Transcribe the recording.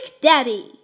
daddy